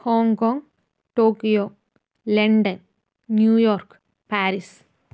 Hong Kong Tokyo London New York Paris